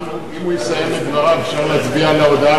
רק שנייה.